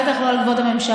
בטח לא על כבוד הממשלה.